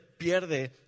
pierde